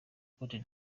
cote